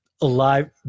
Alive –